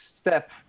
step